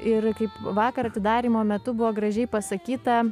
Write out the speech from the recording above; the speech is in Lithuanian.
ir kaip vakar atidarymo metu buvo gražiai pasakyta